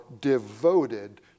devoted